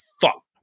fuck